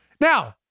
Now